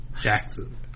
Jackson